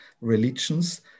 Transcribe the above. religions